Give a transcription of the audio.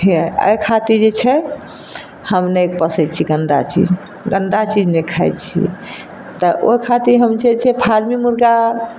हे एहि खातिर जे है हम नहि पोसैत छी गन्दा चीज गन्दा चीज नहि खाइत छियै तऽ ओहि खातिर हम जे छै फार्मी मुर्गा